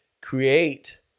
Create